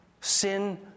sin